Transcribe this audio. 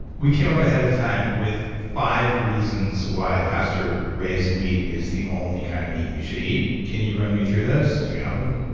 we came up ahead of time with five reasons why pasture raised meat is the only kind of meat you should eat. can you run me through those? do you have them?